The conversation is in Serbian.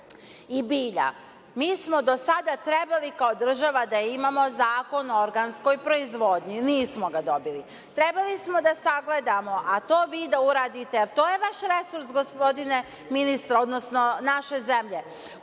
i bilja. Mi smo do sada trebali kao država da imamo Zakon o organskoj proizvodnji. Nismo ga dobili. Trebali smo da sagledamo, a to vi da uradite, jer to je vaš resurs gospodine ministre, odnosno naše zemlje,